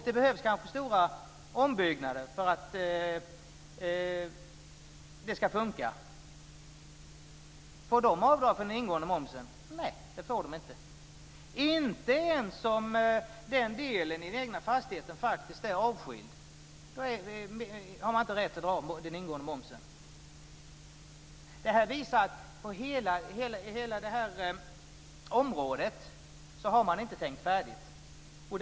Det behövs kanske stora ombyggnader för att det ska fungera. Får de avdrag för den ingående momsen? Nej, det får de inte. Det får de inte ens om den delen i den egna fastigheten är avskiljd. Inte ens då har man rätt att dra av den ingående momsen. Det här visar att man inte har tänkt färdigt på hela området.